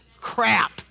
crap